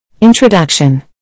Introduction